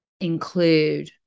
include